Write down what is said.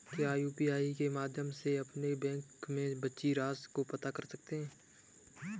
क्या यू.पी.आई के माध्यम से अपने बैंक में बची राशि को पता कर सकते हैं?